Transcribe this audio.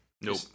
Nope